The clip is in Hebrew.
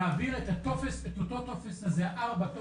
להעביר את אותו טופס הבין משרדי,